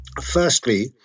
Firstly